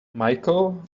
michael